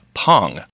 pong